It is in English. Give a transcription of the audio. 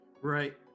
Right